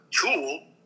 tool